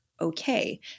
okay